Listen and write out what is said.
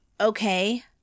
okay